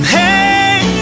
hey